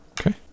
Okay